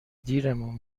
دیرمون